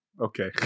okay